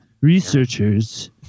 researchers